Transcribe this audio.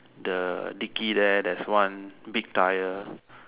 the dickie there there's one big tyre